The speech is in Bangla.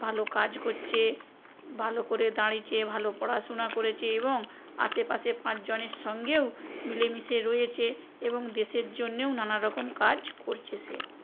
ভালো কাজ করতে ভালো করে দাঁড়িইছে ভালো পড়াশুনা করেছে এবং আশেপাশে পাঁচ জনের সঙ্গেও মিলেমিশে রয়েছে এবং দেশের জন্যেও নানা রকম কাজ করছে সে